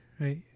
Right